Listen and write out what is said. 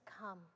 come